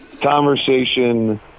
conversation